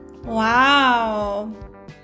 Wow